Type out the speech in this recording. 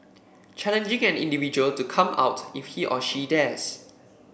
challenging an individual to come out if he or she dares